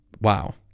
Wow